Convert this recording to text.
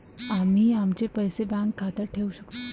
आम्ही आमचे पैसे बँक खात्यात ठेवू शकतो